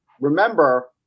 remember